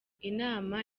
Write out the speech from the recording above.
inama